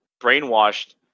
brainwashed